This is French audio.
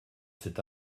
cet